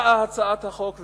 באה הצעת החוק ואומרת,